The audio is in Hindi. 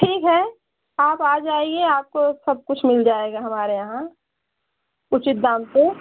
ठीक है आप आ जाइए आपको सब कुछ मिल जाएगा हमारे यहाँ उचित दाम पर